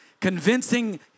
Convincing